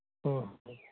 ᱦᱮᱸ ᱦᱮᱸ